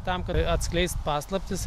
tam ka atskleist paslaptis